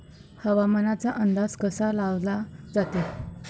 हवामानाचा अंदाज कसा लावला जाते?